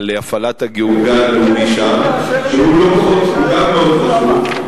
על הפעלת הגן הלאומי שם, שהוא גם מאוד חשוב.